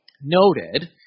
noted